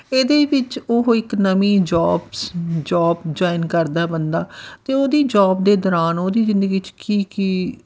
ਇਹਦੇ ਵਿੱਚ ਉਹ ਇੱਕ ਨਵੀਂ ਜੋਬਸ ਜੋਬ ਜੁਆਇਨ ਕਰਦਾ ਬੰਦਾ ਅਤੇ ਉਹਦੀ ਜੋਬ ਦੇ ਦੌਰਾਨ ਉਹਦੀ ਜ਼ਿੰਦਗੀ 'ਚ ਕੀ ਕੀ